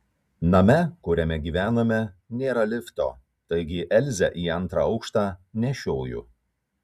name kuriame gyvename nėra lifto taigi elzę į antrą aukštą nešioju